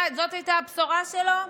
זאת הייתה הבשורה שלו?